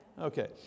Okay